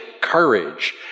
courage